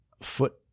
foot